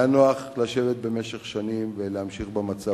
היה נוח לשבת במשך שנים ולהמשיך במצב